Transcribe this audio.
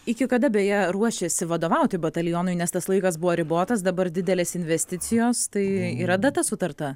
iki kada beje ruošiasi vadovauti batalionui nes tas laikas buvo ribotas dabar didelės investicijos tai yra data sutarta